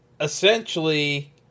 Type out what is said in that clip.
essentially